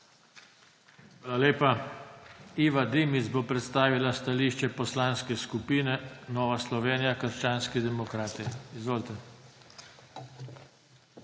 Hvala lepa. Iva Dimic bo predstavila stališče Poslanske skupine Nova Slovenija – krščanski demokrati. Izvolite.